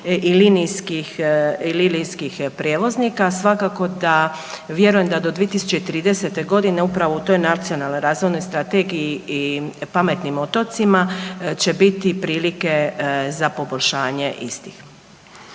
i linijskih prijevoznika. Svakako da vjerujem da do 2030. godine upravo u toj Nacionalnoj razvojnoj strategiji i pametnim otocima će biti prilike za poboljšanje istih.